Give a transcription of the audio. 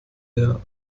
der